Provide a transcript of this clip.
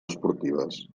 esportives